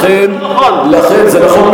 אתה מטעה את הכנסת.